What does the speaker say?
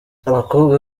abakobwa